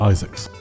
Isaacs